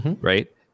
Right